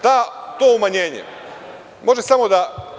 To umanjenje može samo da